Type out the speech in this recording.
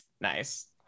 Nice